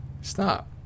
Stop